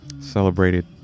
Celebrated